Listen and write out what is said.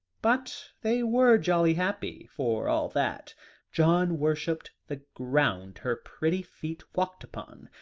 but they were jolly happy, for all that john worshipped the ground her pretty feet walked upon,